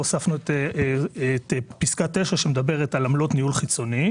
הוספנו את פסקה (9) שמדברת על עמלות ניהול חיצוני,